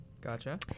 Gotcha